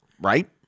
right